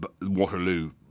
Waterloo